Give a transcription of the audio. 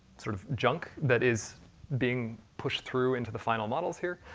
sort of junk, that is being pushed through into the final models, here.